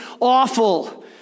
awful